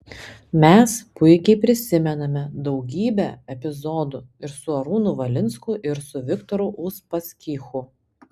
mes puikiai prisimename daugybę epizodų ir su arūnu valinsku ir su viktoru uspaskichu